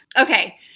Okay